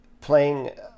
playing